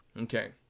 okay